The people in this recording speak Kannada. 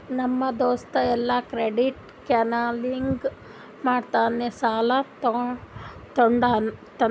ನಮ್ ದೋಸ್ತ ಎಲ್ಲಾ ಕ್ರೆಡಿಟ್ ಕೌನ್ಸಲಿಂಗ್ ಮಾಡಿನೇ ಸಾಲಾ ತೊಂಡಾನ